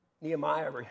Nehemiah